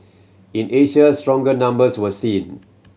in Asia stronger numbers were seen